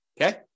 okay